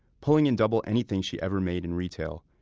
pulling in double anything she ever made in retail,